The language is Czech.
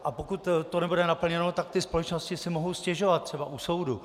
A pokud to nebude naplněno, tak ty společnosti si mohou stěžovat třeba u soudu.